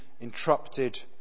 interrupted